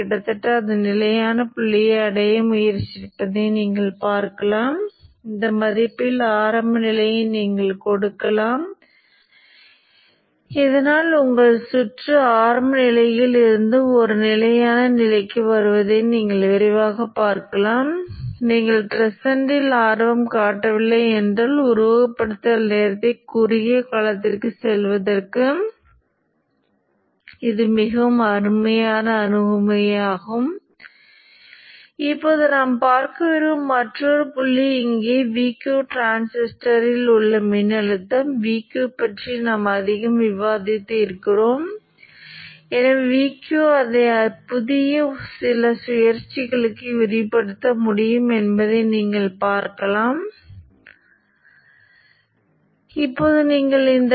இரண்டாம் நிலை மின்தூண்டியில் தற்போதைய சராசரி Io என்று நீங்கள் பார்க்கலாம் எனவே இந்த மதிப்பு Io ஆக இருந்திருக்கும் ஆனால் நீங்கள் அதை முதன்மைப் பக்கத்திற்கு எடுத்துச் செல்லும்போது அது n Io ஆக மாறும் என்பதை நினைவில் வைத்திருக்க வேண்டும் இந்த மதிப்பு மிகவும் முக்கியமானது n ஆல் அளவிடப்படுகிறது இப்போது சுமை பிரதிபலித்த பகுதி மற்றும் பகுதி காந்தமாக்கல் பகுதி என்பதுதான் சுவிட்ச் வழியாக நாம் செலுத்தும் மின்னோட்டமாகும்